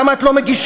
למה את לא מגישה?